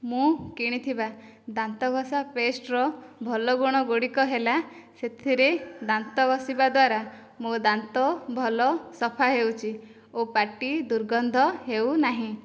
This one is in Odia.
ମୁଁ କିଣିଥିବା ଦାନ୍ତଘଷା ପେଷ୍ଟର ଭଲ ଗୁଣ ଗୁଡ଼ିକ ହେଲା ସେଥିରେ ଦାନ୍ତ ଘଷିବା ଦ୍ୱାରା ମୋ ଦାନ୍ତ ଭଲ ସଫା ହେଉଛି ଓ ପାଟି ଦୁର୍ଗନ୍ଧ ହେଉନାହିଁ